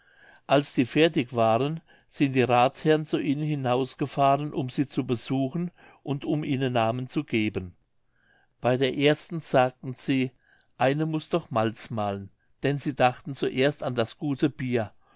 als die fertig waren sind die rathsherren zu ihnen hinausgefahren um sie zu besehen und um ihnen namen zu geben bei der ersten sagten sie eine muß doch malz mahlen denn sie dachten zuerst an das gute bier